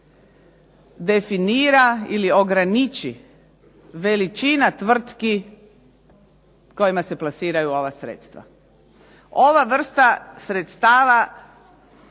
definira ili ograniči veličina tvrtki kojima se plasiraju ova sredstva. Ova vrsta sredstava